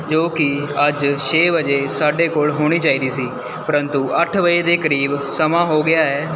ਜੋ ਕਿ ਅੱਜ ਛੇ ਵਜੇ ਸਾਡੇ ਕੋਲ਼ ਹੋਣੀ ਚਾਹੀਦੀ ਸੀ ਪਰੰਤੂ ਅੱਠ ਵਜੇ ਦੇ ਕਰੀਬ ਸਮਾਂ ਹੋ ਗਿਆ ਹੈ